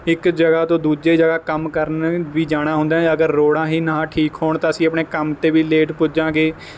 ਇੱਕ ਜਗ੍ਹਾ ਤੋਂ ਦੂਜੇ ਜਗ੍ਹਾ ਕੰਮ ਕਰਨ ਵੀ ਜਾਣਾ ਹੁੰਦਾ ਹੈ ਅਗਰ ਰੋਡਾਂ ਹੀ ਨਾ ਠੀਕ ਹੋਣ ਤਾਂ ਅਸੀਂ ਆਪਣੇ ਕੰਮ 'ਤੇ ਵੀ ਲੇਟ ਪੁੱਜਾਂਗੇ